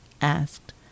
asked